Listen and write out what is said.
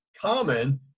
common